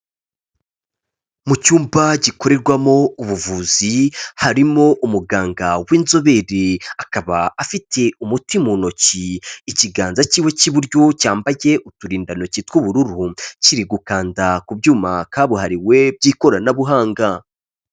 Mu cyumba gikorerwamo ubuvuzi, harimo umuganga w'inzobere akaba afite umuti mu ntoki, ikiganza cyiwe cy'iburyo cyambaye uturindantoki tw'ubururu, kiri gukanda ku byuma kabuhariwe by'ikoranabuhanga.